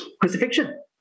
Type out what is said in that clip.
crucifixion